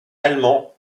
allemand